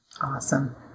Awesome